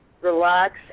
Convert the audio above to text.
relax